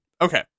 Okay